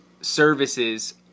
services